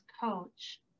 coach